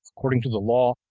according to the law,